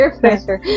pressure